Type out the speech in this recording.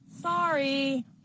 Sorry